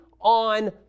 on